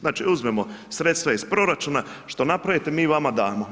Znači uzmemo sredstva iz proračuna, što napravite, mi vama damo.